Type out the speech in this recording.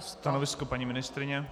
Stanovisko paní ministryně?